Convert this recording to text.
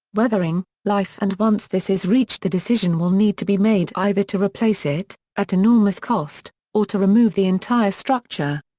weathering, life and once this is reached the decision will need to be made, either to replace it, at enormous cost, or to remove the entire structure.